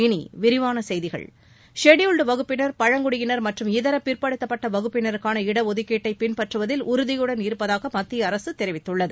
இனி விரிவான செய்திகள் ஷெட்யூல்டு வகுப்பினர் பழங்குடியினர் மற்றும் இதர பிற்படுத்தப்பட்ட வகுப்பினருக்கான இட ஒதுக்கீட்டை பின்பற்றுவதில் உறுதியுடன் இருப்பதாக மத்திய அரசு தெரிவித்துள்ளது